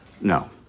No